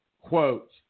Quote